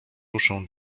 ruszę